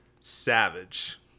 Savage